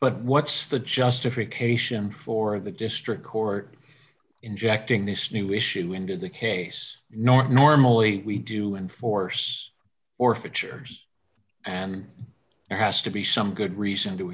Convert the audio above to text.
but what's the justification for the district court injecting this new issue into the case nor normally we do enforce or feature and there has to be some good reason to